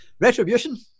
Retribution